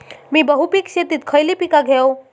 मी बहुपिक शेतीत खयली पीका घेव?